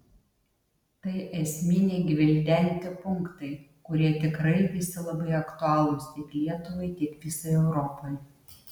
tai esminiai gvildenti punktai kurie tikrai visi labai aktualūs tiek lietuvai tiek visai europai